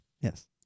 Yes